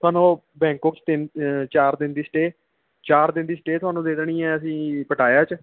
ਤੁਹਾਨੂੰ ਬੈਂਕਕੋਕ ਤਿੰਨ ਚਾਰ ਦਿਨ ਦੀ ਸਟੇ ਚਾਰ ਦਿਨ ਦੀ ਸਟੇ ਤੁਹਾਨੂੰ ਦੇ ਦੇਣੀ ਹੈ ਅਸੀਂ ਪਟਾਇਆ 'ਚ